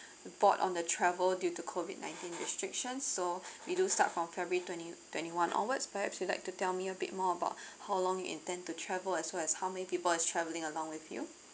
board on the travel due to COVID nineteen restrictions so we do start from february twenty twenty one onwards perhaps you'd like to tell me a bit more about how long you intend to travel as well as how many people is traveling along with you